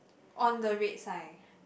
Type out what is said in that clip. on the red sign